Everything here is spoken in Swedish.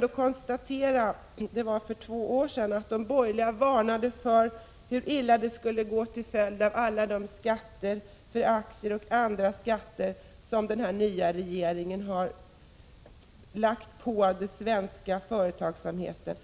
typ av ärende. För två år sedan varnade de borgerliga för hur illa det skulle gå till följd av alla de aktieoch andra skatter som den nya regeringen hade lagt på den svenska företagsamheten.